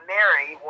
Mary